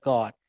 God